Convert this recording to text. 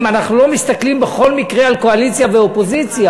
אם אנחנו לא מסתכלים בכל מקרה על קואליציה ואופוזיציה,